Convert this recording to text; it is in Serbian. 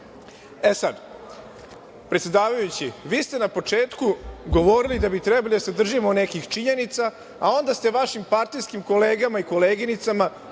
na čast. Predsedavajući, vi ste na početku govorili da treba da se držimo nekih činjenica, a onda ste vašim partijskim kolegama i koleginicama